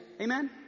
Amen